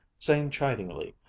saying chidingly,